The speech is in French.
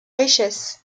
richesse